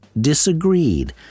disagreed